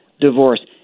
divorce